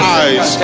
eyes